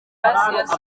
hasi